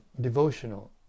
devotional